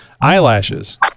Eyelashes